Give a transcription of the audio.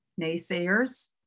naysayers